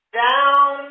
down